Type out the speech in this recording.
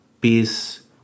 peace